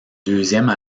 deuxième